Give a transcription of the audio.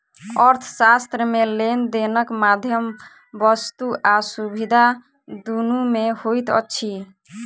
अर्थशास्त्र मे लेन देनक माध्यम वस्तु आ सुविधा दुनू मे होइत अछि